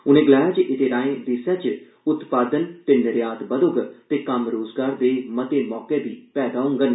उने गलाया जे एहदे राएं देसै च उत्पादन ते निर्यात बधोग ते कम्म रोजगार दे मते मौके बी पैदा होडन